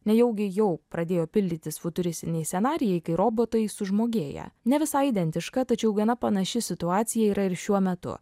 nejaugi jau pradėjo pildytis futuristiniai scenarijai kai robotai sužmogėja ne visai identiška tačiau gana panaši situacija yra ir šiuo metu